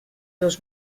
dos